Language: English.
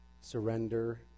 surrender